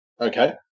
Okay